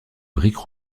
briques